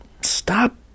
stop